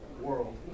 World